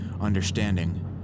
Understanding